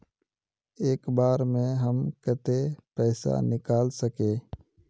एक बार में हम केते पैसा निकल सके?